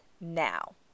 now